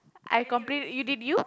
I complete you did you